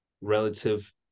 relative